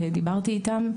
שדיברתי איתם,